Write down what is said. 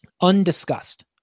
undiscussed